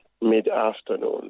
mid-afternoon